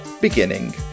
beginning